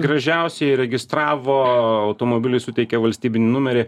gražiausiai įregistravo automobilį suteikė valstybinį numerį